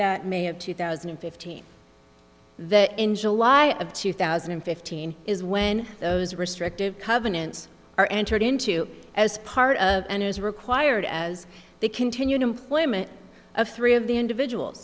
that may of two thousand and fifteen that in july of two thousand and fifteen is when those restrictive covenants are entered into as part of and is required as the continued employment of three of the individual